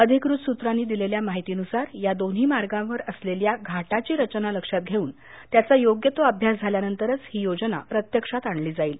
अधिकृत सूत्रांनी दिलेल्या माहितीनुसार या दोन्ही मार्गावर असलेल्या घाटाची रचना लक्षात घेऊन त्याचा योग्य तो अभ्यास झाल्यानंतरच ही योजना प्रत्यक्षात आणली जाईल